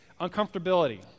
uncomfortability